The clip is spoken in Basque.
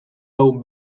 hau